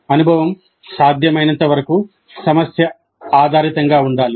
అనుభవం సాధ్యమైనంతవరకు సమస్య ఆధారితంగా ఉండాలి